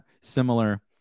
similar